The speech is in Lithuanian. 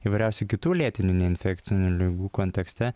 įvairiausių kitų lėtinių neinfekcinių ligų kontekste